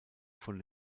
von